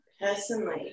Personally